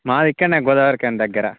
మాది ఇక్కడనే గోదావరిఖన్ దగ్గర